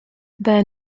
their